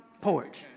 porch